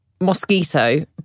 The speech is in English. mosquito